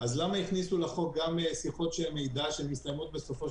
אז למה הכניסו לחוק שיחות של מידע שמסתיימות בסופו של דבר בעסקה?